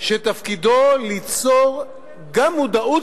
שתפקידו ליצור גם מודעות